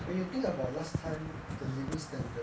when you think about last time the living standard